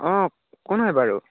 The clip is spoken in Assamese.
অঁ কোন হয় বাৰু